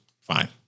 fine